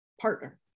partner